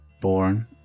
Born